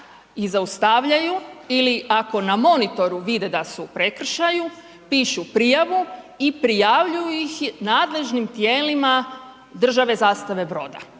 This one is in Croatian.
ih zaustavljaju ili ako na monitoru vide da su u prekršaju, pišu prijavu i prijavljuju ih nadležnim tijelima države zastave broda.